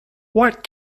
what